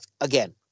again